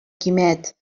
quimet